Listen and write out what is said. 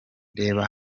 reba